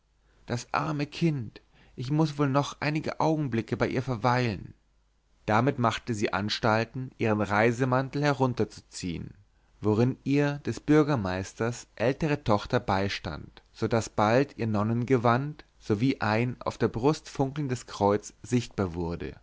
das arme kind ich muß wohl noch einige augenblicke bei ihr verweilen damit machte sie anstalt ihren reisemantel herunterzuziehen worin ihr des bürgermeisters ältere tochter beistand so daß bald ihr nonnengewand sowie ein auf der brust funkelndes kreuz sichtbar wurde